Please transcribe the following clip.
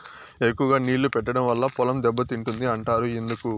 ఎక్కువగా నీళ్లు పెట్టడం వల్ల పొలం దెబ్బతింటుంది అంటారు ఎందుకు?